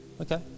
okay